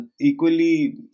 equally